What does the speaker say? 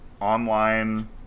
online